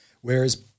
Whereas